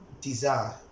desire